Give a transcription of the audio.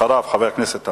אחריו, חברי הכנסת אמסלם,